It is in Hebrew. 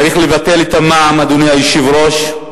צריך לבטל את המע"מ, אדוני היושב-ראש,